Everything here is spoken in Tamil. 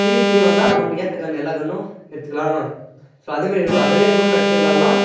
த்ரீ த்ரீ வந்தால் நம்மளுக்கு ஏற்ற கன்னு எல்லா கன்னும் எடுத்துக்கலாம் ஸோ அதேமாதிரி அதுலேயே ரூம் மேட்ச்சும் விளாடலாம்